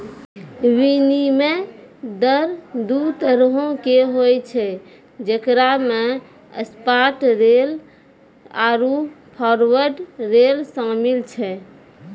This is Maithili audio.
विनिमय दर दु तरहो के होय छै जेकरा मे स्पाट रेट आरु फारवर्ड रेट शामिल छै